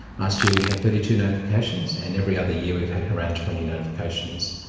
last year we had thirty two notifications and every other year we've had around twenty notifications.